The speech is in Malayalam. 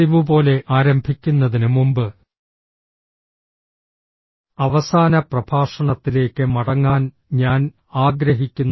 പതിവുപോലെ ആരംഭിക്കുന്നതിന് മുമ്പ് അവസാന പ്രഭാഷണത്തിലേക്ക് മടങ്ങാൻ ഞാൻ ആഗ്രഹിക്കുന്നു